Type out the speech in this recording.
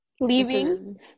Leaving